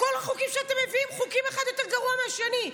כל החוקים שאתם מביאים, אחד יותר גרוע מהשני.